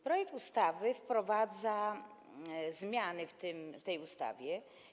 Projekt ustawy wprowadza zmiany w tej ustawie.